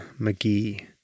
McGee